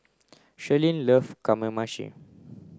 Shirlene love Kamameshi